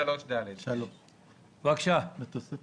בסעיף